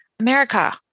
America